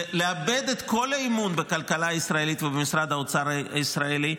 זה לאבד את כל האמון בכלכלה הישראלית ובמשרד האוצר הישראלי.